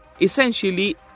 essentially